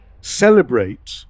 celebrate